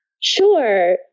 Sure